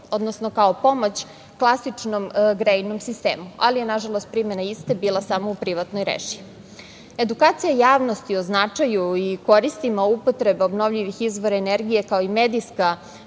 odnosno kao pomoć klasičnom grejnom sistemu, ali je nažalost primena iste bila samo u privatnoj režiji. Edukacija javnosti o značaju i koristima upotrebe obnovljivih izvora energije, kao i medijska